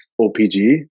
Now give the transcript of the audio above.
OPG